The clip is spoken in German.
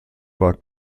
war